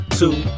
two